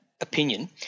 opinion